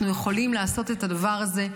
אנחנו יכולים לעשות את הדבר הזה,